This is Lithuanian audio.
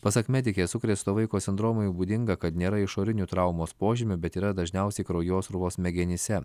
pasak medikės sukrėsto vaiko sindromui būdinga kad nėra išorinių traumos požymių bet yra dažniausiai kraujosruvos smegenyse